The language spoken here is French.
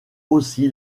aussi